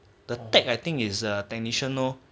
the tech I think is a technician lor